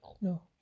No